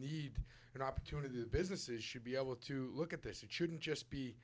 need an opportunity businesses should be able to look at this it shouldn't just be